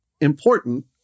important